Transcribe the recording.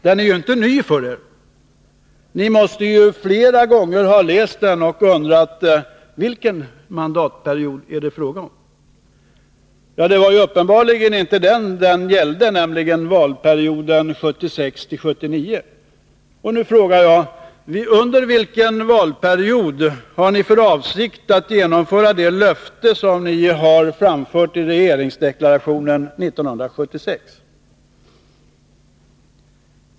Den är ju inte ny för dem. De måste ju flera gånger ha läst den och undrat vilken mandatperiod det är fråga om. Det gällde uppenbarligen inte valperioden 1976-1979. Nu frågar jag: Under vilken valperiod har ni för avsikt att uppfylla vad ni lovade i regeringsdeklarationen 1976?